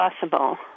possible